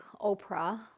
Oprah